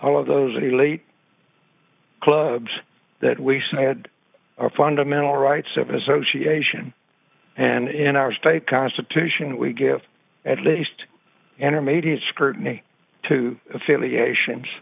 all of those really clubs that we said are fundamental rights of association and in our state constitution we give at least intermediate scrutiny to affiliations